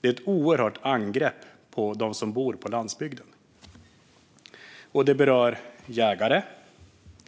Det är ett oerhört angrepp på dem som bor på landsbygden. Och det berör jägare.